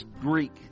Greek